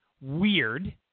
Weird